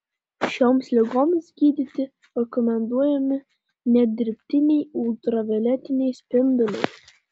šioms ligoms gydyti rekomenduojami net dirbtiniai ultravioletiniai spinduliai